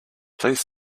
please